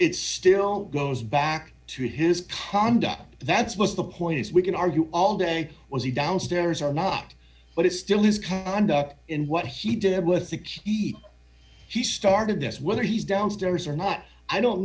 it still goes back to his conduct that's was the point is we can argue all day was he downstairs or not but it's still his conduct in what he did with the key he started this whether he's downstairs or not i don't